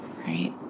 right